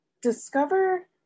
discover